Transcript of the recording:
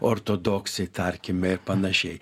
ortodoksai tarkime ir panašiai